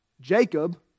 Jacob